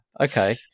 okay